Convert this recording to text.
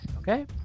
Okay